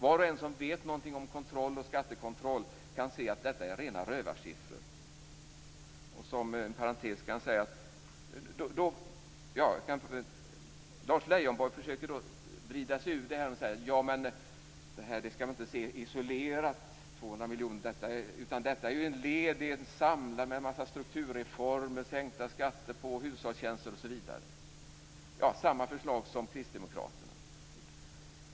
Var och en som vet någonting om kontroll och skattekontroll kan se att detta rör sig om rena rövarsiffror. Lars Leijonborg försöker då vrida sig ur detta genom att säga: De 200 miljonerna skall inte ses isolerat, utan dessa är ett led i en samlad politik med strukturreformer, sänkta skatter på hushållstjänster osv. - dvs. samma förslag som Kristdemokraterna har.